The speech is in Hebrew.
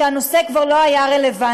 כשהנושא כבר לא היה רלוונטי.